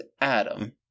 Adam